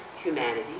humanity